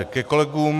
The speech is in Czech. Ke kolegům.